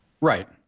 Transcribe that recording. Right